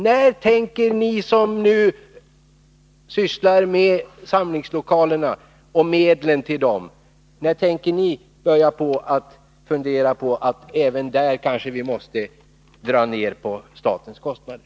När tänker ni som nu sysslar med samlingslokaler och medlen till dessa börja fundera på att man kanske även där måste dra ned på statens kostnader?